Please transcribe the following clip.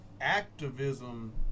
activism